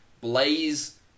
Blaze